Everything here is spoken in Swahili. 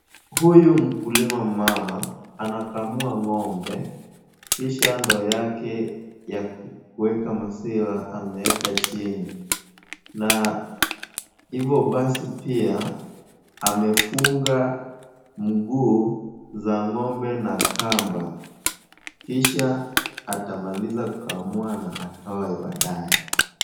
Huyu mkulima mama anakamua ng'ombe kisha ndoo yake ya kuweka maziwa ameweka chini na hivyo basi pia amefunga mguu za ng'ombe na kamba kisha atamaliza kukamua na atoe baadae.